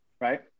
right